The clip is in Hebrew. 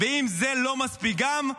ואם זה לא מספיק גם,